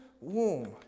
womb